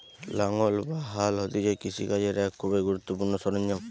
লাঙ্গল বা হাল হতিছে কৃষি কাজের এক খুবই গুরুত্বপূর্ণ সরঞ্জাম